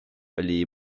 oli